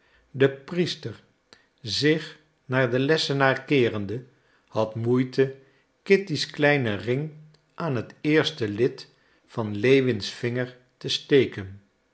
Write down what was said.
de priester zich naar den lessenaar keerende had moeite kitty's kleinen ring aan het eerste lid van lewins vinger te steken